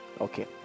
Okay